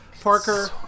Parker